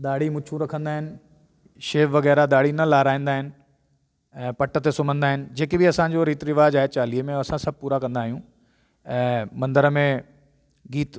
ॾाढ़ी मुछूं रखंदा आहिनि शेव वग़ैरह ॾाढ़ी न लाराईंदा आहिनि ऐं पट ते सुम्हंदा आहिनि जेके बि असांजो रीति रिवाजु आहे चालीहे में असां सभु पूरा कंदा आहियूं ऐं मंदर में गीत